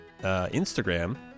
Instagram